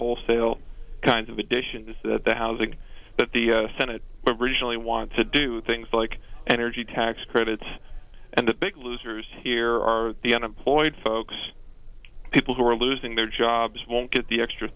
wholesale kinds of additions that the housing that the senate were originally wanted to do things like energy tax credits and the big losers here are the unemployed folks people who are losing their jobs won't get the extra